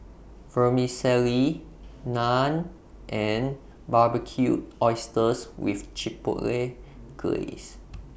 Vermicelli Naan and Barbecued Oysters with Chipotle Glaze